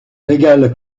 régale